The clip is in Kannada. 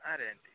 ಹಾಂ ರಿ ಆಂಟಿ